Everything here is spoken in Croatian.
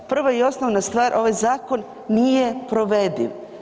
Prva i osnovna stvar, ovaj zakon nije provediv.